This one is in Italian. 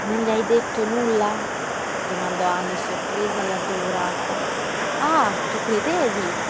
non le hai detto nulla domandò anny sorpresa e addolorata ah tu credevi